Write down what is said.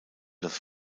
das